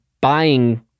buying